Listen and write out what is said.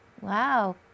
Wow